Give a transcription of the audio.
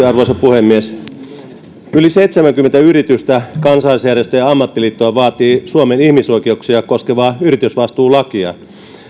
arvoisa puhemies yli seitsemänkymmentä yritystä kansalaisjärjestöä ja ja ammattiliittoa vaatii suomeen ihmisoikeuksia koskevaa yritysvastuulakia